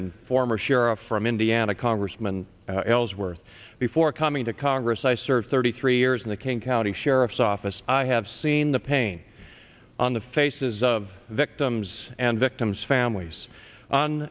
and former sheriff from indiana congressman ellsworth before coming to congress i served thirty three years in the king county sheriff's office i have seen the pain on the faces of victims and victims families on